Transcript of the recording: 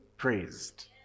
praised